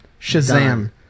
Shazam